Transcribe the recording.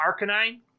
Arcanine